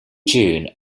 june